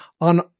on